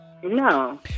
No